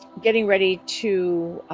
getting ready to